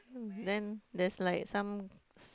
then there's like some